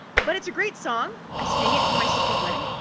but it's a great song. i sang it for my sister's wedding.